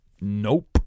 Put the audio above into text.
Nope